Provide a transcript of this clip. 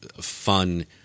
fun